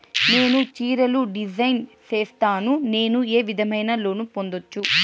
నేను చీరలు డిజైన్ సేస్తాను, నేను ఏ విధమైన లోను పొందొచ్చు